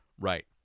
right